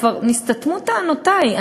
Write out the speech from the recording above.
כבר נסתתמו טענותי,